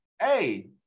Hey